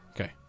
Okay